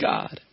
God